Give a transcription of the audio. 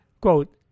quote